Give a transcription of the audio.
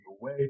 away